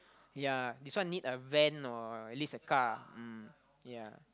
ya this one need a van or at least a car mm ya